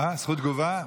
זכות תגובה?